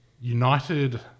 United